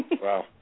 wow